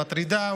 מטרידה,